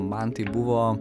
man tai buvo